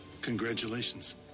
Congratulations